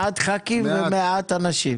מעט חברי כנסת ומעט אנשים.